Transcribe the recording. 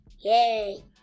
Yay